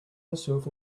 herself